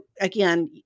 Again